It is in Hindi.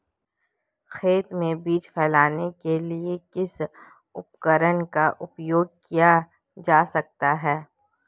खेत में बीज फैलाने के लिए किस उपकरण का उपयोग किया जा सकता है?